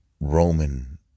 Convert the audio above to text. Roman